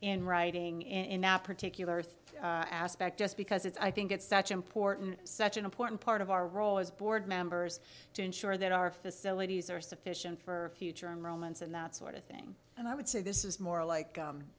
in writing in nap particular earth aspect just because it's i think it's such important such an important part of our role as board members to ensure that our facilities are sufficient for future moments and that sort of thing and i would say this is more like